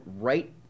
right